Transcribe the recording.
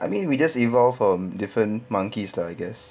I mean we just evolved from different monkeys lah I guess